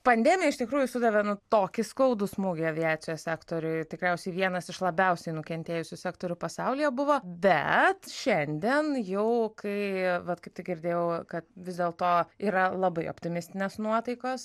pandemija iš tikrųjų sudavė nu tokį skaudų smūgį aviacijos sektoriui tikriausiai vienas iš labiausiai nukentėjusių sektorių pasaulyje buvo bet šiandien jau kai vat kaip tik girdėjau kad vis dėlto yra labai optimistinės nuotaikos